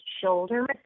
shoulder